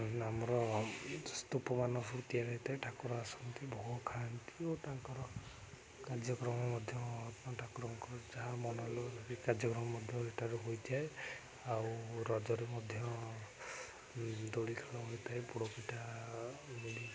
ଆମର ସ୍ତୂପ ମାନ ସବୁ ତିଆରି ହେଇଥାଏ ଠାକୁର ଆସନ୍ତି ଭୋଗ ଖାଆନ୍ତି ଓ ତାଙ୍କର କାର୍ଯ୍ୟକ୍ରମ ମଧ୍ୟ ଠାକୁରଙ୍କର ଯାହା ମନଲୋ କାର୍ଯ୍ୟକ୍ରମ ମଧ୍ୟ ଏଠାରୁ ହୋଇଥାଏ ଆଉ ରଜରେ ମଧ୍ୟ ଦୋଳି ଖେଳ ହୋଇଥାଏ ପୋଡ଼ପିଠା ମିଳି